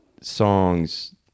songs